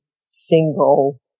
single